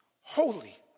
Holy